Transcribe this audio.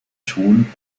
schuhen